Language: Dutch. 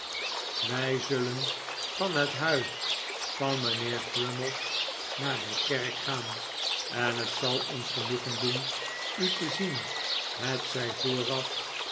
wij zullen van het huis van mijnheer crummies naar de kerk gaan en het zal ons genoegen doen u te zien hetzij vooraf